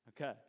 Okay